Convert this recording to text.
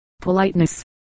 Politeness